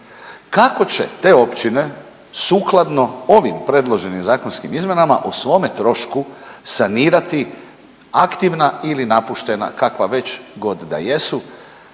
Kako će te općine sukladno ovim predloženim zakonskim izmjenama o svome trošku sanirati aktivna ili napuštena kakva već god da jesu